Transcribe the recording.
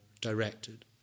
directed